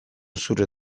zure